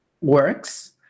works